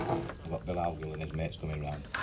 i've got bill howgill and his mates coming round.